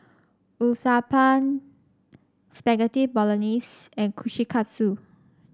Uthapam Spaghetti Bolognese and Kushikatsu